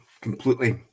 completely